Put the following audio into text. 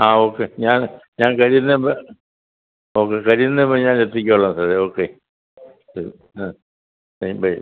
ആ ഓക്കെ ഞാൻ ഞാൻ കഴിയുന്ന വേ ഓക്കെ കഴിയുന്ന വെഗം ഞാൻ എത്തിക്കോളാം സാർ ഓക്കെ ശരി ആ ബൈ